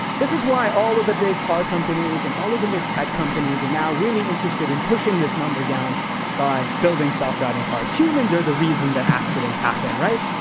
this is why all of the big car companies and all of the big tech companies are now really interested in pushing this number down by building self-driving cars. humans are the reason that accidents happen, right?